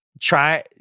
try